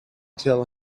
tell